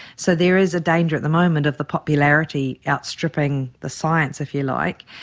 so there is a danger at the moment of the popularity outstripping the science, if you like.